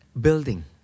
building